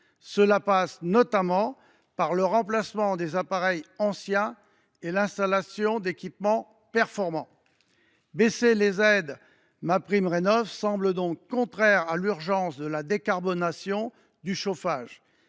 Cela passe notamment par le remplacement des appareils anciens et l’installation d’équipements performants. La baisse des aides MaPrimeRénov’ semble donc contraire à l’urgence de la décarbonation du chauffage,